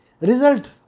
Result